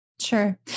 Sure